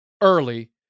early